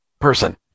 person